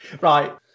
right